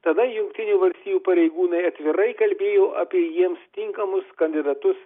tada jungtinių valstijų pareigūnai atvirai kalbėjo apie jiems tinkamus kandidatus